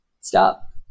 Stop